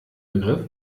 begriff